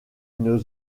une